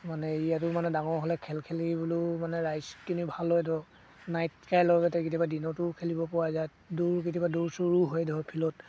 মানে এৰিয়াটো মানে ডাঙৰ হ'লে খেল খেলিবলৈয়ো মানে ৰাইজখিনি ভাল হয় ধৰক নাইট খেল হ'লে কেতিয়াবা দিনতো খেলিবপৰা যায় দৌৰ কেতিয়াবা দৌৰ চৌৰো হয় ধৰক ফিল্ডত